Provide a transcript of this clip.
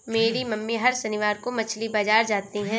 मेरी मम्मी हर शनिवार को मछली बाजार जाती है